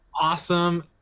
awesome